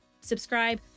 subscribe